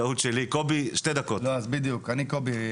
קובי,